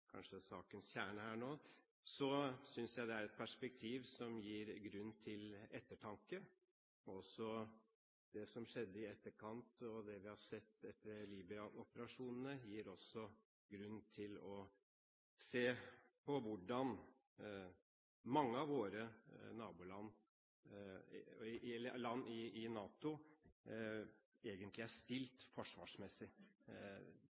kanskje er sakens kjerne nå – synes jeg det er et perspektiv som gir grunn til ettertanke. Også det som skjedde i etterkant, og det vi har sett etter Libya-operasjonene, gir grunn til å se på hvordan mange av NATO-landene egentlig er